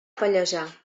pallejà